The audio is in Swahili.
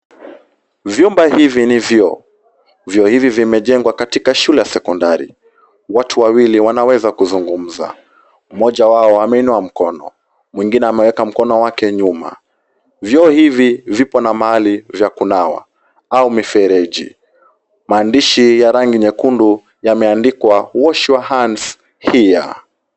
Vyumba hivi ni vyoo ,vyoo hivi vimejengwa katika shule ya sekondari watu wawili wanaweza kuzungumza, mmoja wao ameinua mkono mwingine ameweka mkono wake nyuma, vyoo hivi vipo na mahali vya kunawa au mifereji maandishi ya rangi nyekundu yameandikwa wash your hands here .